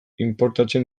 inportatzen